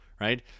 right